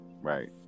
Right